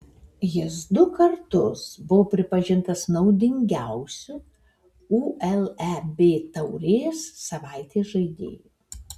jis du kartus buvo pripažintas naudingiausiu uleb taurės savaitės žaidėju